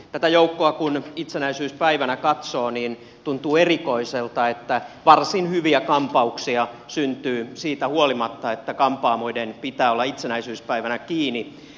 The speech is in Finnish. kun tätä joukkoa itsenäisyyspäivänä katsoo niin tuntuu erikoiselta että varsin hyviä kampauksia syntyy siitä huolimatta että kampaamoiden pitää olla itsenäisyyspäivänä kiinni